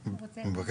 בכל מקרה, אני מבקש